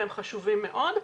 הם חשובים מאוד.